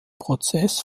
prozess